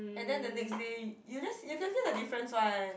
and then the next day you just you can feel the difference one